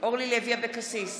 אורלי לוי אבקסיס,